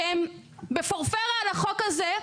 שהם בפורפרה על החוק הזה,